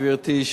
גברתי,